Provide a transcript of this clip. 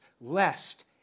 lest